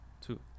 Two